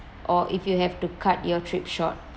or if you have to cut your trip short